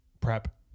prep